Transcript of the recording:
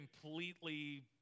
completely